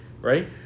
right